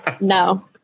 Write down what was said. No